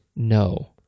No